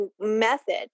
method